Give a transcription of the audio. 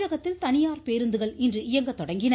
தமிழகத்தில் தனியார் பேருந்துகள் இன்று இயங்கத்தொடங்கின